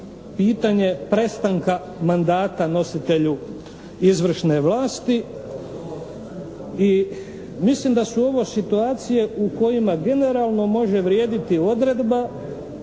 pitanje prestanka mandata nositelju izvršne vlasti i mislim da su ovo situacije u kojima generalno može vrijediti odredba